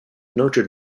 notre